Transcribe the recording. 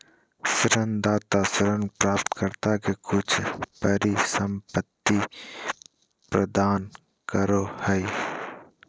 ऋणदाता ऋण प्राप्तकर्ता के कुछ परिसंपत्ति प्रदान करो हइ